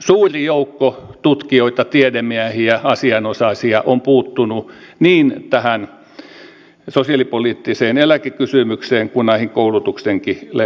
suuri joukko tutkijoita tiedemiehiä asianosaisia on puuttunut niin tähän sosiaalipoliittiseen eläkekysymykseen kuin näihin koulutuksenkin leikkauksiin